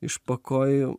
iš po kojų